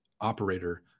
operator